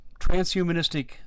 transhumanistic